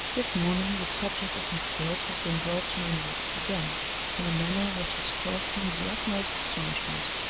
this morning the subject of miss gwilt has been brought to my notice again in a manner which has caused me the utmost astonishment.